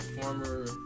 former